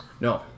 No